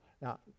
Now